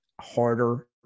harder